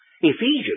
Ephesians